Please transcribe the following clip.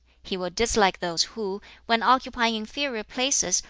he will dislike those who, when occupying inferior places,